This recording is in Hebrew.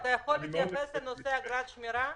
רועי, אתה יכול להתייחס לנושא אגרת השמירה?